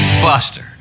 Buster